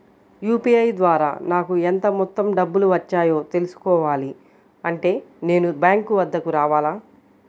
UPI ద్వారా నాకు ఎంత మొత్తం డబ్బులు వచ్చాయో తెలుసుకోవాలి అంటే నేను బ్యాంక్ వద్దకు రావాలా?